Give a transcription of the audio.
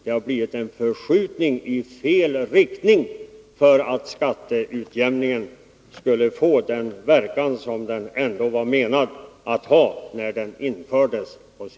Det har blivit en förskjutning i fel riktning med tanke på den verkan som skatteutjämningen ändå var avsedd att ha när den infördes.